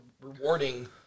rewarding